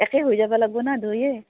একে হৈ যাব লাগব ন দুইয়ে